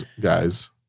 guys